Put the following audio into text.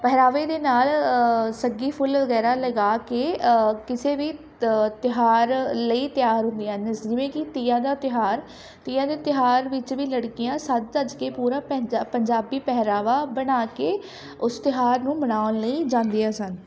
ਪਹਿਰਾਵੇ ਦੇ ਨਾਲ਼ ਸੱਗੀ ਫੁੱਲ ਵਗੈਰਾ ਲਗਾ ਕੇ ਕਿਸੇ ਵੀ ਤ ਤਿਉਹਾਰ ਲਈ ਤਿਆਰ ਹੁੰਦੀਆਂ ਸਨ ਜਿਵੇਂ ਕਿ ਤੀਆਂ ਦਾ ਤਿਉਹਾਰ ਤੀਆਂ ਦੇ ਤਿਉਹਾਰ ਵਿੱਚ ਵੀ ਲੜਕੀਆਂ ਸੱਜ ਧੱਜ ਕੇ ਪੂਰਾ ਪੈਂਜਾ ਪੰਜਾਬੀ ਪਹਿਰਾਵਾ ਬਣਾ ਕੇ ਉਸ ਤਿਉਹਾਰ ਨੂੰ ਮਨਾਉਣ ਲਈ ਜਾਂਦੀਆਂ ਸਨ